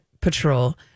Patrol